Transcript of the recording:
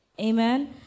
Amen